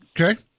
Okay